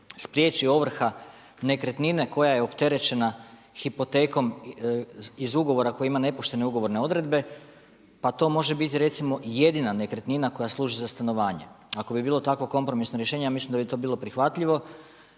spriječi ovrha nekretnine koja je opterećena hipotekom iz ugovora koje ima nepoštene ugovorne odredbe, pa to može biti recimo jedina nekretnina koja služi za stanovanje. Ako bi bilo tako kompromisno rješenje mislim da bi to bilo prihvatljivo,